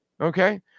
Okay